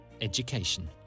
education